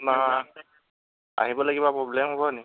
আপোনাৰ আহিবলৈ কিবা প্ৰব্লেম হ'ব নি